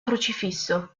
crocifisso